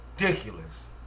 ridiculous